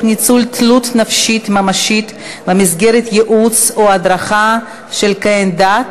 ניצול תלות נפשית ממשית במסגרת ייעוץ או הדרכה של כוהן דת),